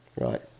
Right